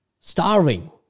starving